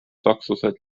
sakslased